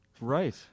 Right